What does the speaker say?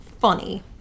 funny